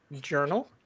journal